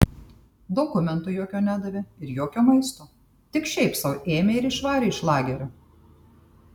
dokumento jokio nedavė ir jokio maisto tik šiaip sau ėmė ir išvarė iš lagerio